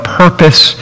purpose